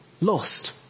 lost